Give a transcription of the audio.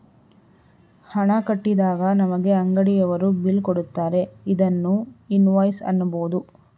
ಹಣ ಕಟ್ಟಿದಾಗ ನಮಗೆ ಅಂಗಡಿಯವರು ಬಿಲ್ ಕೊಡುತ್ತಾರೆ ಇದನ್ನು ಇನ್ವಾಯ್ಸ್ ಅನ್ನಬೋದು